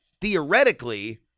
theoretically